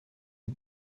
die